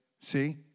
see